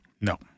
No